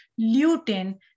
lutein